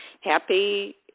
happy